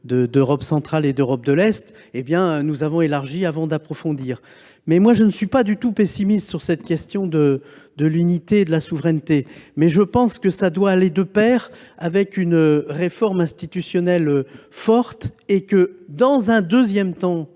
d’Europe centrale et d’Europe de l’Est, nous avons élargi avant d’approfondir. Je ne suis pas du tout pessimiste sur la question de l’unité et de la souveraineté, mais je pense que cela doit aller de pair avec une réforme institutionnelle forte. C’est seulement dans un deuxième temps